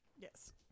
yes